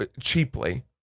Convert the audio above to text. cheaply